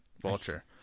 Vulture